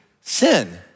sin